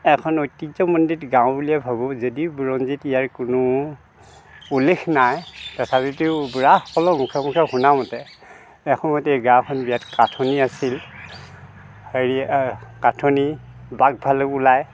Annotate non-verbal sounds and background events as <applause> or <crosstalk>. এখন ঐতিয্যমণ্ডিত গাঁও বুলিয়ে ভাবোঁ যদি বুৰঞ্জীত ইয়াৰ কোনো উল্লেখ নাই তথাপিটো <unintelligible> মুখে মুখে শুনামতে এক সময়ত এই গাঁওখন বিৰাট কাঠনি আছিল হেৰি কাঠনি বাঘ ভালুক ওলায়